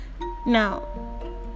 Now